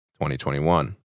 2021